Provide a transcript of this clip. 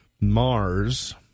Mars